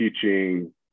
teaching